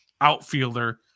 outfielder